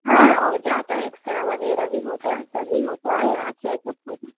हाँ हो जाता है एक्सरे वग़ैरह भी होता है सभी होता है यहाँ चेकअप होता